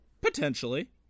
Potentially